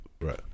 right